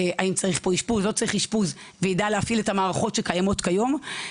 האם צריך אשפוז או לא צריך אשפוז ויידע להפעיל את המערכות שקיימות כיום.